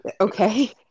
Okay